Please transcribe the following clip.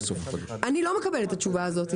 אני לא מקבלת את התשובה הזאת.